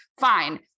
Fine